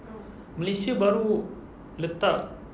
malaysia baru letak